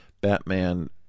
Batman